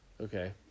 Okay